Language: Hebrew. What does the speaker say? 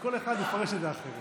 כל אחד יפרש את זה אחרת.